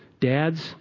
dads